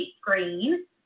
green